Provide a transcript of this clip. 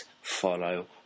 follow